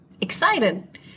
excited